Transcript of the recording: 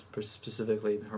specifically